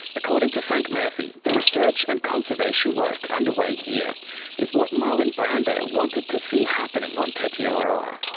according to frank murphy, the research and conservation work underway here is what marlon brando wanted to see happening on tetiaroa.